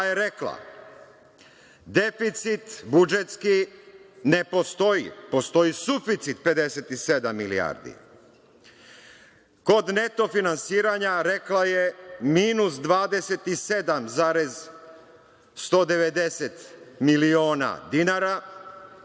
Pa je rekla: „Deficit budžetski ne postoji. Postoji suficit 57 milijardi.“ Kod neto finansiranja rekla je – minus 27,190 miliona dinara,